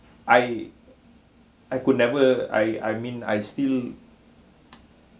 I I could never I I mean I still